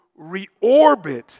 reorbit